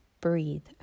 breathe